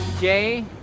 Jay